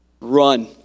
Run